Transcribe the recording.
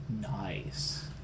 Nice